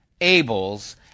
Abel's